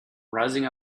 rising